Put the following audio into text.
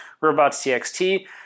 robots.txt